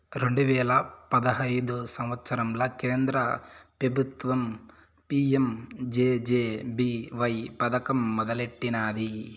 రెండు వేల పదహైదు సంవత్సరంల కేంద్ర పెబుత్వం పీ.యం జె.జె.బీ.వై పదకం మొదలెట్టినాది